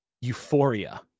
euphoria